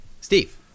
Steve